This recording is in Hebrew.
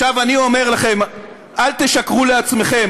עכשיו, אני אומר לכם: אל תשקרו לעצמכם.